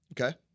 Okay